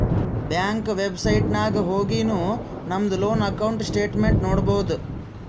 bank website ನಾಗ್ ಹೊಗಿನು ನಮ್ದು ಲೋನ್ ಅಕೌಂಟ್ ಸ್ಟೇಟ್ಮೆಂಟ್ ನೋಡ್ಬೋದು